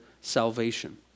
salvation